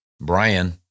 Brian